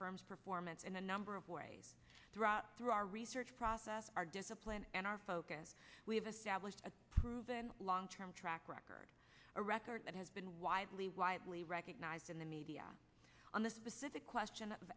firms performance in a number of ways through our research process our discipline and our focus we have established a proven long term track record a record that has been widely widely recognized in the media on the specific question